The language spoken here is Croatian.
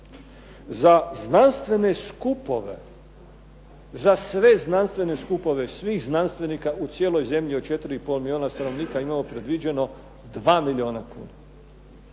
Za znanstvene skupove, za sve znanstvene skupove svih znanstvenika u cijeloj zemlji od četiri i pol milijuna stanovnika imamo predviđeno dva milijuna kuna.